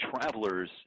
travelers